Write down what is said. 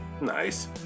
Nice